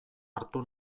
hartu